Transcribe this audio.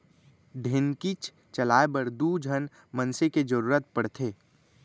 ढेंकीच चलाए बर दू झन मनसे के जरूरत पड़थे